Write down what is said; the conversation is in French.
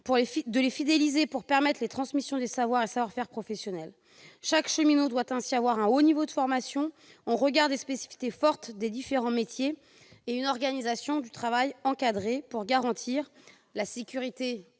de les fidéliser pour permettre la transmission des savoirs et savoir-faire professionnels. Chaque cheminot doit ainsi avoir un haut niveau de formation, au regard des spécificités fortes des différents métiers, et l'organisation du travail doit être encadrée afin de garantir la sécurité